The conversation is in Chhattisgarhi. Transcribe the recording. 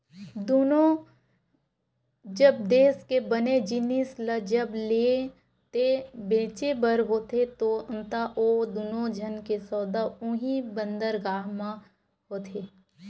दुनों जब देस के बने जिनिस ल जब लेय ते बेचें बर होथे ता ओ दुनों झन के सौदा उहीं बंदरगाह म होथे